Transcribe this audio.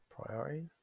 Priorities